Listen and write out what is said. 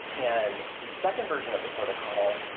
and the second version of the protocol,